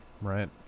right